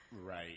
right